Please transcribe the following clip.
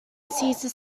cesar